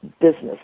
business